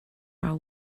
are